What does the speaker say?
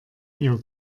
ihr